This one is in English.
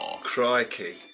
Crikey